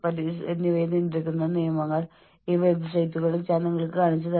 നിങ്ങളുടെ ആശയവിനിമയ കഴിവുകൾ മെച്ചപ്പെടുത്തുക എന്ന് നമ്മൾക്ക് ഒരു ജീവനക്കാരനോട് പറയാൻ കഴിയില്ല